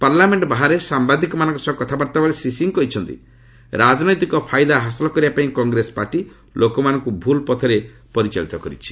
parliament ବାହାରେ ସାୟାଦିକମାନଙ୍କ ସହ କଥାବାର୍ତ୍ତା ବେଳେ ଶ୍ରୀ ସିଂହ କହିଛନ୍ତି ରାଜନୈତିକ ଫାଇଦା ହାସଲ କରିବା ପାଇଁ କଂଗ୍ରେସ ପାର୍ଟି ଲୋକମାନଙ୍କୁ ଭୁଲ୍ ପଥରେ ପରିଚାଳିତ କରିଛି